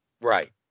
Right